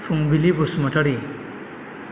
Phungbili Basumatary